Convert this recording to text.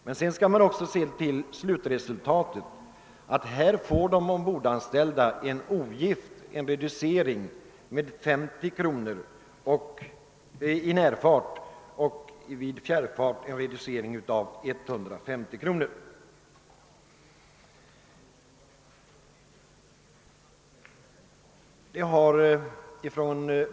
Vidare måste man se till slutresultatet. Nu får en sjöman i närfart en reducering med 50 kronor och en sjöman i fjärrfart en reducering med 150 kronor.